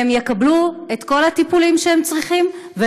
והם יקבלו את כל הטיפולים שהם צריכים, תודה רבה.